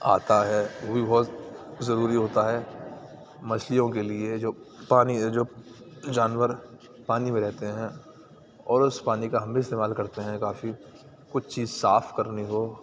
آتا ہے وہ بھی بہت ضروری ہوتا ہے مچھلیوں کے لیے جو پانی جو جانور پانی میں رہتے ہیں اور اس پانی کا ہم بھی استعمال کرتے ہیں کافی کچھ چیز صاف کرنی ہو